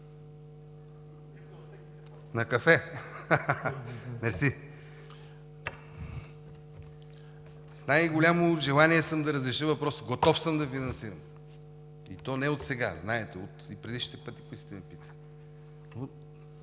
На кафе?! (Смее се.) С най-голямо желание съм да разреша въпроса, готов съм да финансираме и то не отсега, знаете и предишните пъти, когато сте ме питали.